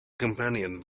companion